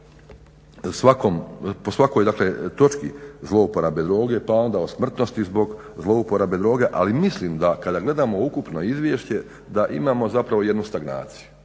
po svakoj dakle točki zlouporabe droge pa onda o smrtnosti zbog zlouporabe droge ali mislim da kada gledamo ukupno izvješće da imamo zapravo jednu stagnaciju